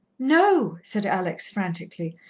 no, said alex frantically,